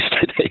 today